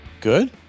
Good